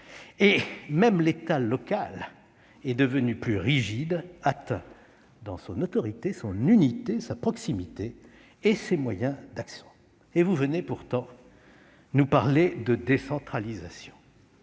Même l'État « local » est devenu plus rigide, en étant atteint dans son autorité, son unité, sa proximité et ses moyens d'action. Vous venez pourtant nous parler de décentralisation.